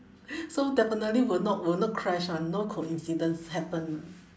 so definitely will not will not crash [one] no coincidence happen